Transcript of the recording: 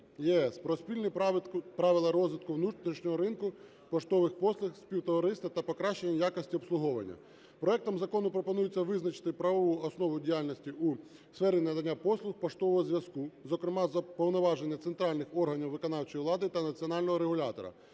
про спільні правила розвитку внутрішнього ринку поштових послуг співтовариства та покращення якості обслуговування. Проектом закону пропонується визначити правову основу діяльності у сфері надання послуг поштового зв'язку, зокрема повноваження центральних органів виконавчої влади та національного регулятора,